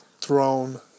Throne